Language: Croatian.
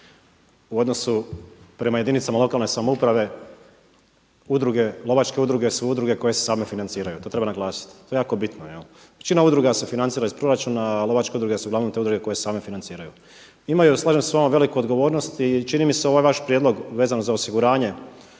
u odnosu prema jedinicama lokalne samouprave, lovačke udruge su udruge koje se same financiraju to treba naglasiti, to je jako bitno. Većina udruga se financira iz proračuna, a lovačke udruge su te udruge koje se uglavnom same financiraju. Imaju, slažem se s vama, veliku odgovornost i čini mi se ovaj vaš prijedlog vezano za osiguranje,